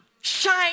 Shine